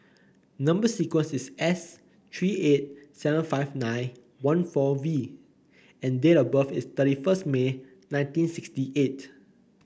number sequence is S three eight seven five nine one four V and date of birth is thirty first May nineteen sixty eight